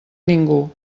ningú